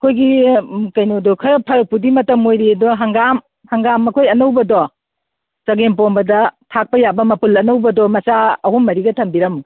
ꯑꯩꯈꯣꯏꯒꯤ ꯀꯩꯅꯣꯗꯣ ꯈꯔ ꯐꯔꯛꯄꯨꯗꯤ ꯃꯇꯝ ꯑꯣꯏꯔꯤ ꯑꯗꯣ ꯍꯪꯒꯥꯝ ꯍꯪꯒꯥꯝ ꯑꯩꯈꯣꯏ ꯑꯅꯧꯕꯗꯣ ꯆꯥꯒꯦꯝ ꯄꯣꯝꯕꯗ ꯊꯥꯛꯄ ꯌꯥꯕ ꯃꯄꯨꯟ ꯑꯅꯧꯕꯗꯣ ꯃꯆꯥ ꯑꯍꯨꯝ ꯃꯔꯤꯒ ꯊꯝꯕꯤꯔꯝꯃꯨ